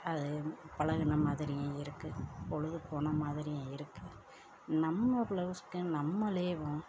அது பழகுன மாதிரியும் இருக்கு பொழுது போன மாதிரியும் இருக்கு நம்ம பிளவுஸ்க்கு நம்மளேயும்